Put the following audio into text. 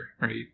right